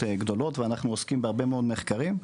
גדולות ואנחנו עוסקים בהרבה מאוד מחקרים,